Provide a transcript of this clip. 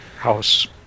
house